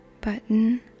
button